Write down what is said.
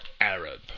Arab